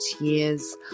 years